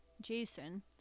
Jason